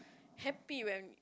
happy when